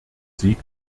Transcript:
sieg